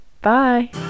Bye